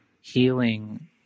healing